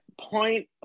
point